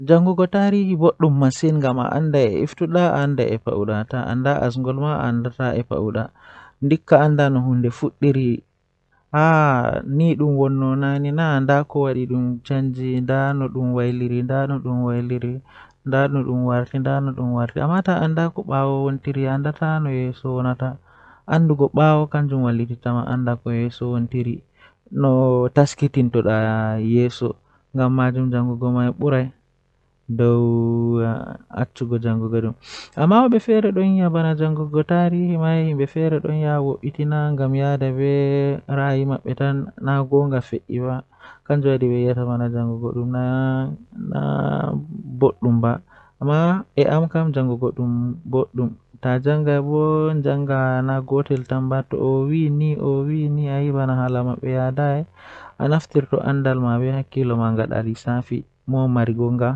Hunde jalnaare jei mi meedi laarugo kanjum woni wakkati Mi ɗo waɗi yiɗde waɗde diiwanɗo ɗum famɗo sabu ngal ɗum waɗi ko miɗo waɗi faabugol yimɓe e hoore ngam waɗde cuɓoraaji ngal. Ko feewi so aɗa waɗi waɗde diiwanɗo ngal ɗum, sabu o waɗi jaanginde yimɓe e ɗum faama.